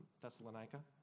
Thessalonica